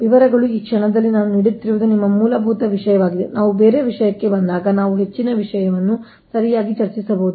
ವಿವರಗಳು ಈ ಕ್ಷಣದಲ್ಲಿ ನಾನು ನೀಡುತ್ತಿರುವುದು ನಿಮ್ಮ ಮೂಲಭೂತ ವಿಷಯವಾಗಿದೆ ನಾವು ಬೇರೆ ವಿಷಯಕ್ಕೆ ಬಂದಾಗ ನಾವು ಹೆಚ್ಚಿನ ವಿಷಯವನ್ನು ಸರಿಯಾಗಿ ಚರ್ಚಿಸಬಹುದು